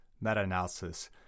meta-analysis